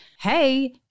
hey